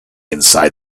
inside